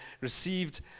received